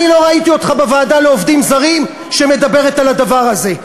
אני לא ראית אותך בוועדה לעובדים זרים שמדברת על הדבר הזה.